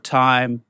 time